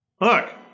Look